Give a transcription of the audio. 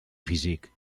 físic